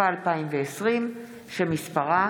התשפ"א 2020, שמספרה